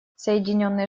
соединенные